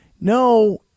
no